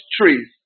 trees